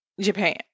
Japan